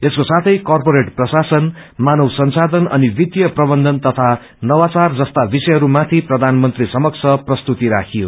यसको साथै करपोरेट प्रशासन मानव संशाधन अनि वित्तीय प्रबन्धन तथा नवाचार जस्ता विषयहरू माथि प्रधानमन्त्री समक्ष प्रस्तुति राखियो